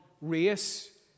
race